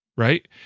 Right